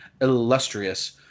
illustrious